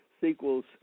sequels